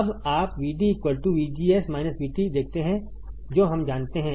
अब आप VD VGS VT देखते हैं जो हम जानते हैं